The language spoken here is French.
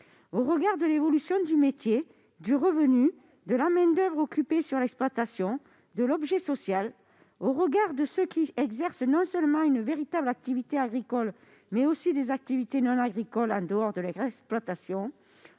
Au regard de l'évolution du métier, du revenu, de la main-d'oeuvre occupée sur l'exploitation et de l'objet social, au regard de ceux qui exercent non seulement une véritable activité agricole, mais aussi des activités non agricoles en dehors de leur exploitation,